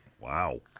Wow